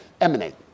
emanate